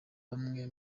bamwe